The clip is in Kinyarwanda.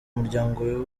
umuryango